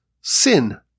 sin